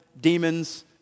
demons